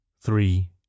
three